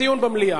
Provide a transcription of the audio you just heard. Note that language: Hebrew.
דיון במליאה.